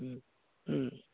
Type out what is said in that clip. ହୁଁ ହୁଁ